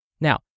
Now